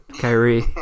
Kyrie